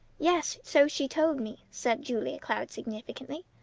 yes, so she told me, said julia cloud significantly.